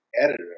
editor